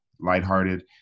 lighthearted